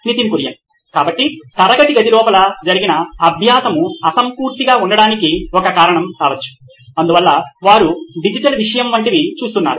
Nitin Kurian COO నోయిన్ electronics కాబట్టి తరగతి గది లోపల జరిగిన అభ్యాసం అసంపూర్తిగా ఉండటానికి ఒక కారణం కావచ్చు అందువల్ల వారు డిజిటల్ విషయము వంటివి చూస్తున్నారు